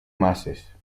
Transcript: masses